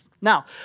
Now